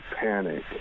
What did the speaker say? panic